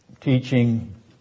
Teaching